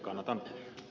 kannatan